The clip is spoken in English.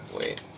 Wait